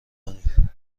کنیم